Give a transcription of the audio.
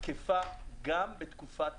תקפה גם בתקופת הקורונה.